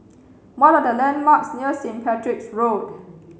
what are the landmarks near Saint Patrick's Road